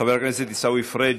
חבר הכנסת עיסאווי פריג'